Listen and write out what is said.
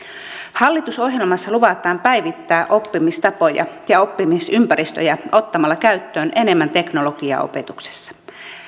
hallitusohjelmassa luvataan päivittää oppimistapoja ja oppimisympäristöjä ottamalla käyttöön enemmän teknologiaa opetuksessa